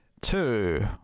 two